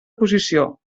posició